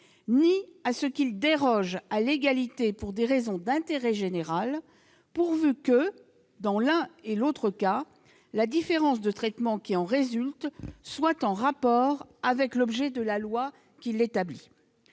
ni à ce qu'il déroge à l'égalité pour des raisons d'intérêt général pourvu que, dans l'un et l'autre cas, la différence de traitement qui en résulte soit en rapport avec l'objet de la loi qui l'établit ».